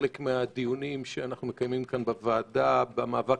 חלק מהדיונים שאנחנו מקיימים כאן בוועדה על המאבק